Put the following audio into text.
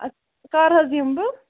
اَدٕ کَر حظ یِمہٕ بہٕ